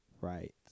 right